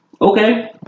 Okay